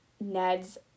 Ned's